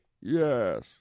Yes